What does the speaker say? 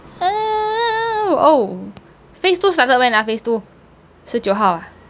uh oh phase two started when ah phase two 十九号 ah